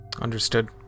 Understood